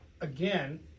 Again